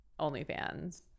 OnlyFans